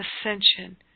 ascension